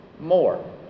more